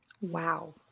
Wow